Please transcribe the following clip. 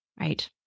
Right